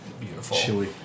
Beautiful